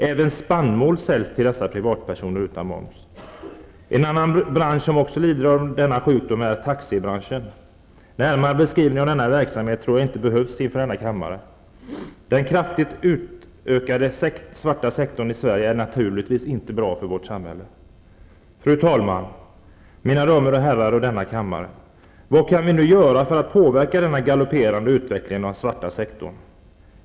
Även spannmål säljs till privatpersoner utan moms. En annan bransch som lider av denna sjukdom är taxibranschen. Närmare beskrivning av denna verksamhet tror jag inte behövs inför denna kammare. Den kraftigt utökade svarta sektorn i Sverige är naturligtvis inte bra för vårt samhälle. Fru talman! Mina damer och herrar av denna kammare! Vad kan vi nu göra för att påverka denna galopperande utveckling av den svarta sektorn?